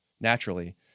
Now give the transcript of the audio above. naturally